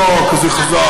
באאא כזה חזק,